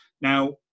Now